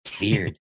Weird